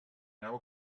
anava